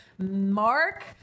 Mark